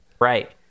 Right